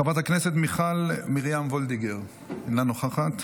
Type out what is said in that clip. חברת הכנסת מיכל מרים וולדיגר, אינה נוכחת,